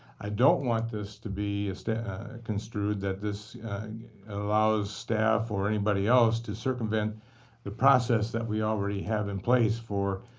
i don't want this to be construed that this allows staff or anybody else to circumvent the process that we already have in place for